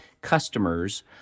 customers